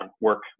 work